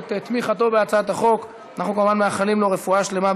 הצעת החוק התקבלה בקריאה טרומית,